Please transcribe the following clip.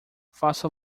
faça